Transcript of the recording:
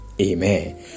amen